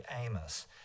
Amos